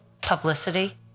publicity